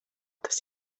tas